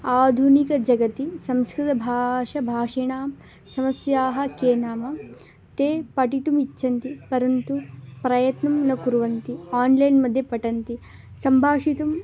आधुनिक जगति संस्कृतभाषा भाषिणां समस्याः के नाम ते पठितुम् इच्छन्ति परन्तु प्रयत्नं न कुर्वन्ति आन्लैन्मध्ये पठन्ति सम्भाषितुम्